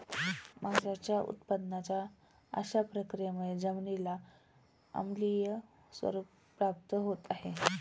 माशांच्या उत्पादनाच्या अशा प्रक्रियांमुळे जमिनीला आम्लीय स्वरूप प्राप्त होत आहे